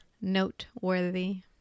Noteworthy